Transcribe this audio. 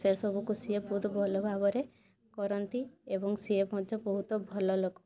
ସେ ସବୁକୁ ସିଏ ବହୁତ ଭଲ ଭାବରେ କରନ୍ତି ଏବଂ ସିଏ ମଧ୍ୟ ବହୁତ ଭଲଲୋକ